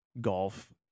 golf